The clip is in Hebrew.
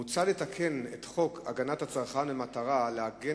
מוצע לתקן את חוק הגנת הצרכן במטרה להגן